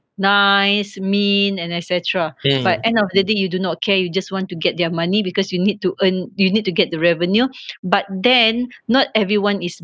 nice mean and etcetera but end of the day you do not care you just want to get their money because you need to earn you need to get the revenue but then not everyone is